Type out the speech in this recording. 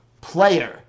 player